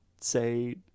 say